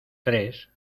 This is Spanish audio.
tres